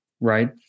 Right